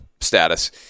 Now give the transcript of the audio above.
status